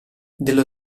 dello